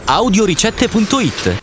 audioricette.it